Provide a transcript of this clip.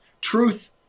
Truth